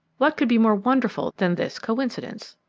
what could be more wonderful than this coincidence?